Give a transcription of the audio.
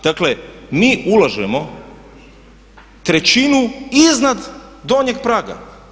Dakle mi ulažemo trećinu iznad donjeg praga.